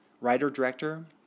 Writer-director